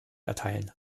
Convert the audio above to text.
erteilen